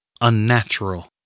Unnatural